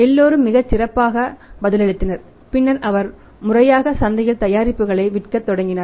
எல்லோரும் மிகச் சிறப்பாக பதிலளித்தனர் பின்னர் அவர் முறையாக சந்தையில் தயாரிப்புகளை விற்கத் தொடங்கினார்